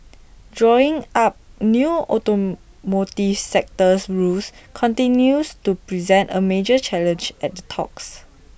drawing up new automotive sectors rules continues to present A major challenge at the talks